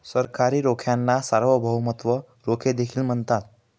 सरकारी रोख्यांना सार्वभौमत्व रोखे देखील म्हणतात